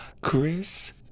Chris